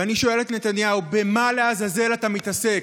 ואני שואל את נתניהו: במה לעזאזל אתה מתעסק?